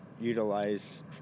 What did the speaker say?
utilize